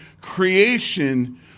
creation